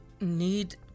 need